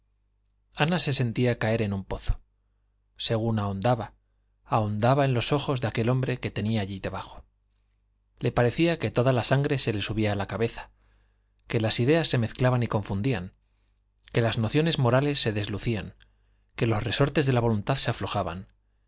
ana se sentía caer en un pozo según ahondaba ahondaba en los ojos de aquel hombre que tenía allí debajo le parecía que toda la sangre se le subía a la cabeza que las ideas se mezclaban y confundían que las nociones morales se deslucían que los resortes de la voluntad se aflojaban